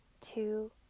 two